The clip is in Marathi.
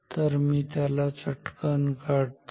तर मी त्याला चटकन काढतो